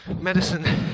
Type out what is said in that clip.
medicine